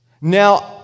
Now